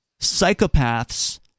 psychopaths